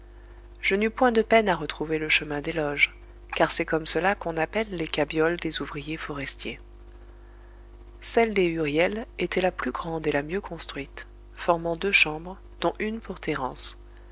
je n'eus point de peine à retrouver le chemin des loges car c'est comme cela qu'on appelle les cabioles des ouvriers forestiers celle des huriel était la plus grande et la mieux construite formant deux chambres dont une pour